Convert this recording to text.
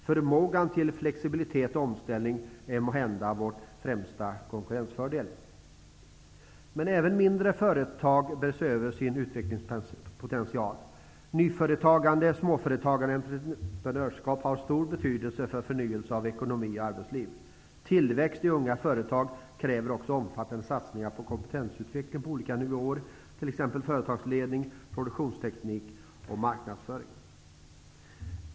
Förmågan till flexibilitet och omställning är måhända vår främsta konkurrensfördel. Även mindre företag bör se över sin utvecklingspotential. Nyföretagande, småföretagande och entreprenörskap har stor betydelse för förnyelse av ekonomi och arbetsliv. Tillväxt i unga företag kräver också omfattande satsningar på kompetensutveckling på olika nivåer, t.ex. företagsledning, produktionsteknik och marknadsföring.